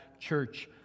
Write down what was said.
church